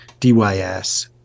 DYS